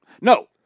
No